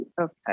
okay